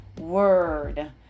word